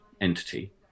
entity